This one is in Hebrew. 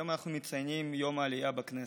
היום אנחנו מציינים את יום העלייה בכנסת.